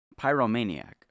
pyromaniac